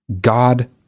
God